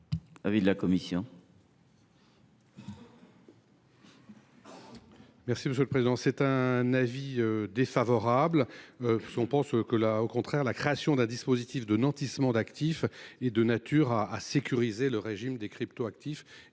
l’avis de la commission